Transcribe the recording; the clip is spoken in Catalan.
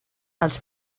els